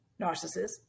narcissists